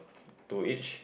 to each